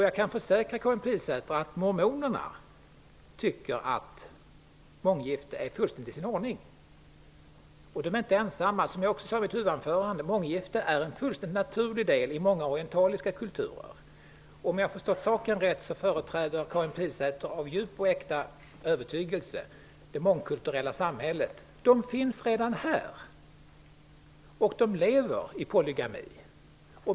Jag kan försäkra Karin Pilsäter att mormonerna tycker att månggifte är fullständigt i sin ordning. De är inte ensamma. Jag sade i mitt huvudanförande att månggifte är en fullständigt naturlig del av många orientaliska kulturer. Om jag har förstått saken rätt företräder Karin Pilsäter av djup och äkta övertygelse det mångkulturella samhället. De människorna finns redan här och lever i polygami.